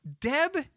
Deb